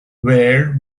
where